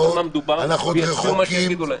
על מה מדובר ויצביעו מה שיגידו להם.